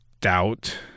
doubt